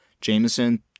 Jameson